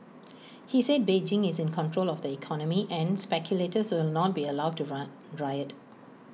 he said Beijing is in control of the economy and speculators will not be allowed to run riot